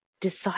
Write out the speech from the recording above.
decide